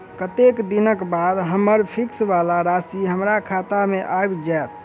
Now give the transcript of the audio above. कत्तेक दिनक बाद हम्मर फिक्स वला राशि हमरा खाता मे आबि जैत?